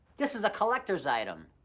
this is a collector's item.